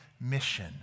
mission